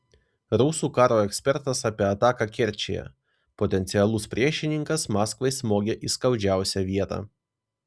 rusų karo ekspertas apie ataką kerčėje potencialus priešininkas maskvai smogė į skaudžiausią vietą